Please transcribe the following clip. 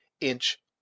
inch